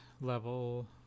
Level